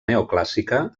neoclàssica